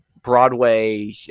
Broadway